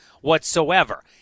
whatsoever